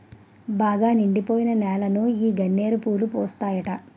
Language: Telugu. బాగా నిండిపోయిన నేలలో ఈ గన్నేరు పూలు పూస్తాయట